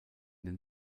den